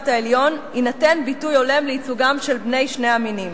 העליון יינתן ביטוי הולם לייצוגם של בני שני המינים.